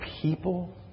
people